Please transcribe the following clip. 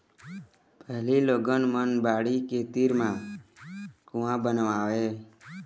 पहिली लोगन मन बाड़ी के तीर तिखार म कुँआ बनवावय